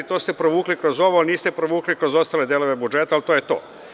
To ste provukli kroz ovo, niste provukli kroz ostale delove budžeta, ali to je to.